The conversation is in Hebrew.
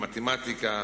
מתמטיקה,